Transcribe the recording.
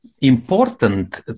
important